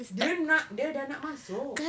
dia nak dia dah nak masuk